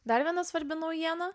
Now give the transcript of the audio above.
dar viena svarbi naujiena